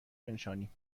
بنشانیم